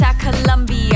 Colombia